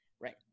right